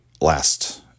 last